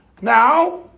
Now